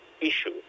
issue